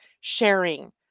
sharing